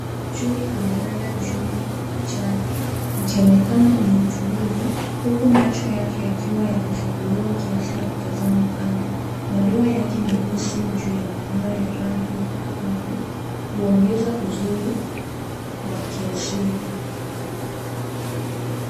Chui amelala juu ya majani, akionekana mwenye utulivu, huku macho yake yakiwa yamefunguliwa kiasi ya kutazama kando. Madoa yake meusi juu ya manyoya ya rangi ,ya dhahabu huongeza uzuri wa kiasili.